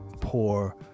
poor